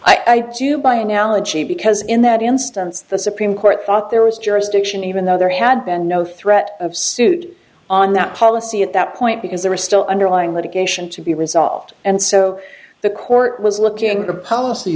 i do by analogy because in that instance the supreme court thought there was jurisdiction even though there had been no threat of suit on that policy at that point because there are still underlying litigation to be resolved and so the court was looking at a policy